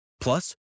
plus